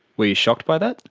were you shocked by that?